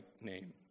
name